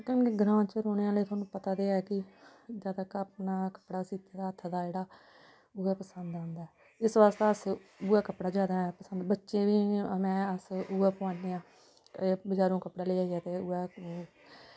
ग्रांऽ च रौह्ने आहले तोहानू पता ते ऐ कि जादातर अपना कपड़े सीते हा हत्थ दा जेह्ड़ा उ'ऐ पसंद औंदा ऐ इस बास्तै अस उ'ऐ कपड़ा जादा पसंद बच्चें गी बी में अस उ'ऐ पोआने आं बज़ारों कपड़ा लेइयै ते उयै